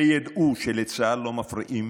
שידעו שלצה"ל לא מפריעים